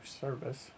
service